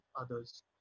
others